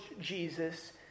Jesus